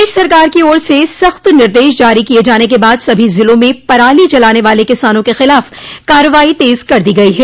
प्रदेश सरकार की ओर से सख्त निर्देश जारी किये जाने के बाद सभी जिलों में पराली जलाने वाले किसानों के खिलाफ कार्रवाई तेज कर दी गई हैं